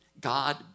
God